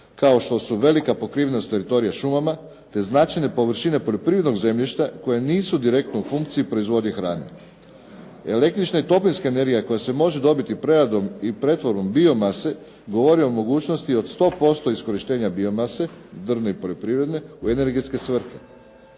kao što su velika pokrivenost teritorija šumama te značajne površine poljoprivrednog zemljišta koje nisu direktno u funkciji proizvodnje hrane. Električna i toplinska energija koja se može dobiti preradom i pretvorbom biomase govori o mogućnosti od 100% iskorištenja biomase drvne i poljoprivredne u energetske svrhe.